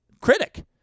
critic